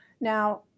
Now